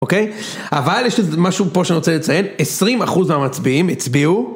אוקיי? אבל יש משהו פה שאני רוצה לציין, 20% מהמצביעים הצביעו